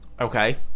Okay